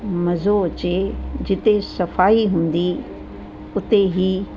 मज़ो अचे जिते सफ़ाई हूंदी उते ई